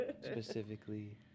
specifically